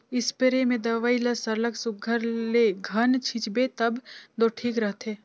spray में दवई ल सरलग सुग्घर ले घन छींचबे तब दो ठीक रहथे